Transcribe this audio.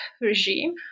regime